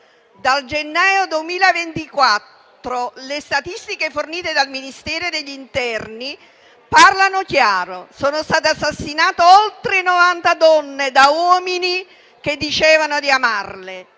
Dal gennaio 2024 le statistiche fornite dal Ministero dell'interno parlano chiaro. Sono state assassinate oltre novanta donne da uomini che dicevano di amarle,